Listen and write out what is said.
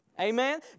Amen